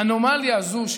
האנומליה הזו,